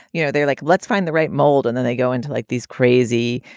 you know, they're like, let's find the right mold and then they go into like these crazy,